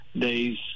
day's